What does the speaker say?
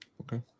Okay